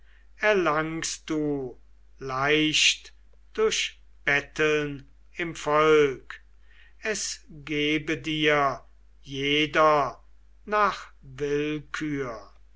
erlangst du leicht durch betteln im volk es gebe dir jeder nach willkür